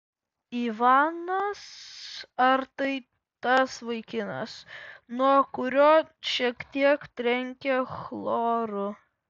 ivanas ar tai tas vaikinas nuo kurio šiek tiek trenkia chloru